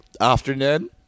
afternoon